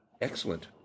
Excellent